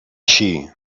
així